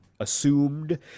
Assumed